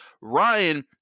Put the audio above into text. Ryan